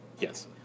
Yes